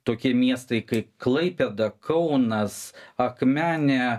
tokie miestai kaip klaipėda kaunas akmenė